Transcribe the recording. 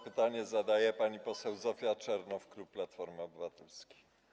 Pytanie zadaje pani poseł Zofia Czernow, klub Platforma Obywatelska.